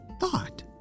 thought